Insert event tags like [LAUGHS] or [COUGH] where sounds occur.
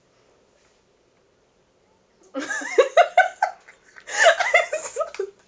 [LAUGHS]